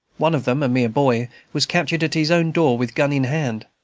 one of them, a mere boy, was captured at his own door, with gun in hand.